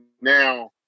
now